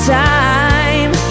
time